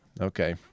Okay